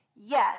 Yes